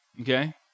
Okay